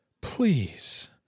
please